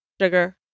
sugar